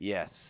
Yes